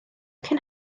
cyn